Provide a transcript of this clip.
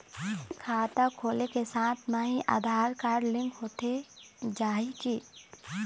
खाता खोले के साथ म ही आधार कारड लिंक होथे जाही की?